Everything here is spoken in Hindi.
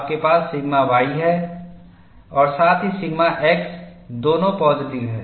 आपके पास सिग्मा y है और साथ ही सिग्मा x दोनों पाज़िटिव हैं